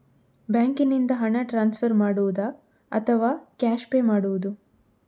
ಬ್ಯಾಂಕಿನಿಂದ ಹಣ ಟ್ರಾನ್ಸ್ಫರ್ ಮಾಡುವುದ ಅಥವಾ ಕ್ಯಾಶ್ ಪೇ ಮಾಡುವುದು?